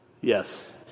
Yes